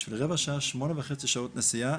בשביל רבע שעה, שמונה וחצי שעות נסיעה,